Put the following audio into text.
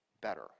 better